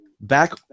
back